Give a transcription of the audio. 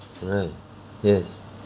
right yes